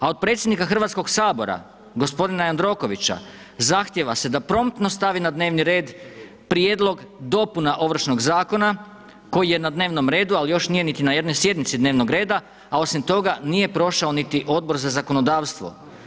A od predsjednika Hrvatskog sabora, gospodina Jandrokovića, zahtijeva se da promptno stavi na dnevni red prijedlog dopuna Ovršnog zakona koji je na dnevnom redu ali još nije niti na jednoj sjednici dnevnog reda a osim toga nije prošao niti Odbor za zakonodavstvo.